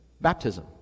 Baptism